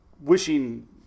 wishing